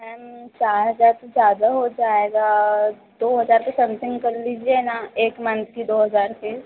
ma'am चार हज़ार तो ज़्यादा हो जाएगा दो हज़ार के समथिंग कर लीजिए ना एक मंथ की दो हज़ार फ़ीस